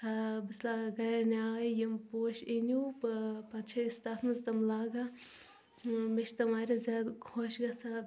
ٲں بہٕ چھَس لاگان گھرِ نیٲے یِم پوش انِو بہٕ پتہٕ چھِ أسۍ تتھ منٚز تِم لاگان مےٚ چھِ تِم واریاہ زیادٕ خۄش گژھان